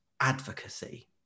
advocacy